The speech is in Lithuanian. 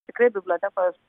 tikrai bibliotekos